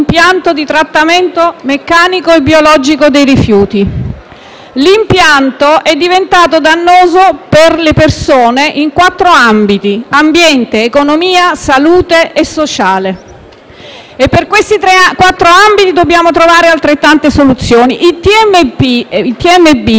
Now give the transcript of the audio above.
L'impianto è diventato dannoso per le persone in quattro ambiti: ambiente, economia, salute e sociale. Sono quattro ambiti per cui dobbiamo trovare altrettante soluzioni. I TMB erano nati tecnologicamente per ridurre l'inquinamento, perché trattano